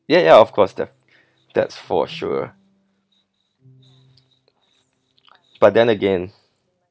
ya ya of course the that's for sure but then again